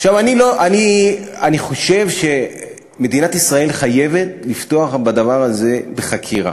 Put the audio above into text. אני חושב שמדינת ישראל חייבת לפתוח בדבר הזה בחקירה,